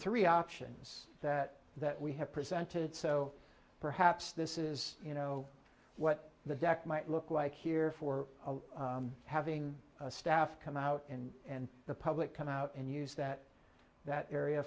three options that that we have presented so perhaps this is you know what the deck might look like here for having staff come out in the public come out and use that that area